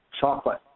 Chocolate